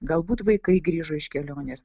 galbūt vaikai grįžo iš kelionės